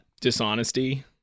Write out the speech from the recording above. Dishonesty